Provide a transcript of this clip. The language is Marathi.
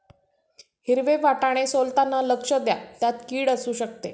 हिरवे वाटाणे सोलताना लक्ष द्या, त्यात किड असु शकते